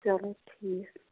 چَلوٗ ٹھیٖک